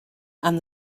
and